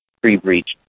pre-breach